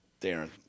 Darren